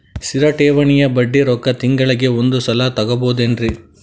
ಸ್ಥಿರ ಠೇವಣಿಯ ಬಡ್ಡಿ ರೊಕ್ಕ ತಿಂಗಳಿಗೆ ಒಂದು ಸಲ ತಗೊಬಹುದೆನ್ರಿ?